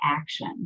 action